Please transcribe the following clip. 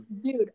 Dude